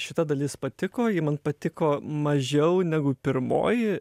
šita dalis patiko ji man patiko mažiau negu pirmoji